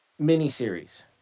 Miniseries